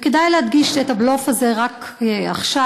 וכדאי להדגיש את הבלוף הזה רק עכשיו,